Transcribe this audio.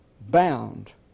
bound